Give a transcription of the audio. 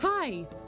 Hi